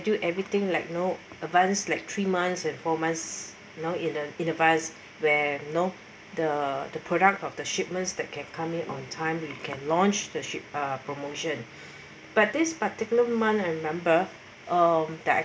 schedule everything like you know advanced like three months and four months you know in a in advance where you know the the product of the shipments that kept coming on time we can launch the ship uh promotion but this particular month I remember um that I